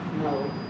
no